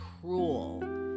cruel